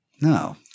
no